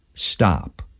stop